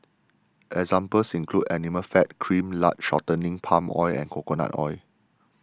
examples include animal fat cream lard shortening palm oil and coconut oil